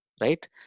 right